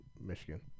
Michigan